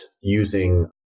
using